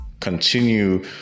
continue